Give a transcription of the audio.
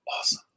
Awesome